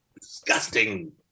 disgusting